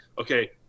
okay